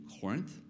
Corinth